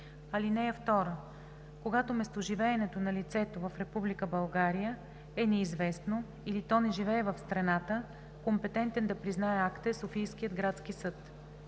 лице. (2) Когато местоживеенето на лицето в Република България е неизвестно или то не живее в страната, компетентен да признае акта е Софийският градски съд.